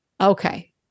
okay